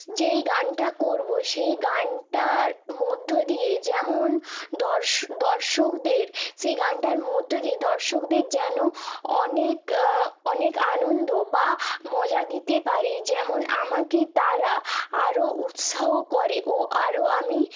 যেই গানটা করবো সেই গানটার মধ্য দিয়ে যেমন দর্শ দর্শকদের সেই গানটার মধ্য দিয়ে দর্শকদের যেন অনেক অ্যা অনেক আনন্দ বা মজা দিতে পারি যেমন আমাকে তারা আরও উৎসাহ করে ও আরও আমি